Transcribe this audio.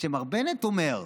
כשמר בנט אומר: